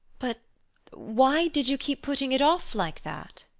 but why did you keep putting it off like that?